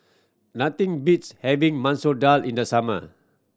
nothing beats having Masoor Dal in the summer